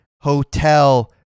hotel